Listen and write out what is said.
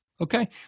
Okay